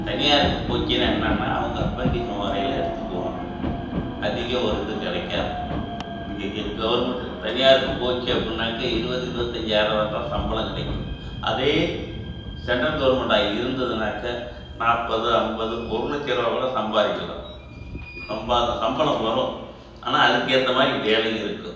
தனியாருக்கு போச்சுன்னா என்னென்ன அவங்க அப்பன்டிஸ் முறையில எடுத்துக்குவாங்க அதிகம் ஒரு இது கிடைக்காது இன்றைக்கி கி கவுர்மெண்ட்டு தனியாருக்கு போச்சு அப்பன்னாக்க இருபது இருபத்தஞ்சாயிரம் வர தான் சம்பளம் கிடைக்கும் அதே சென்ட்ரல் கவுர்மெண்ட்டாக இருந்ததுனாக்க நாற்பது ஐம்பது ஒரு லட்சரூபாக் கூட சம்பாதிக்கலாம் ஸ் சம்பதம் சம்பளம் வரும் ஆனால் அதுக்கேற்ற மாதிரி வேலை இருக்கும்